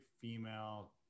female